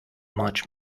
much